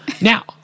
Now